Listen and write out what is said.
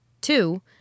two